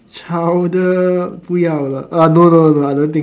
chowder 不要了 ah no no no I don't think